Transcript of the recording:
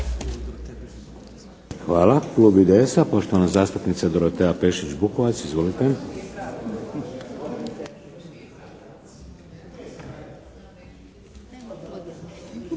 Hvala. Klub IDS-a, poštovana zastupnica Doroteja Pešić-Bukovac. Izvolite.